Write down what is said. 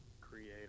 create